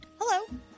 Hello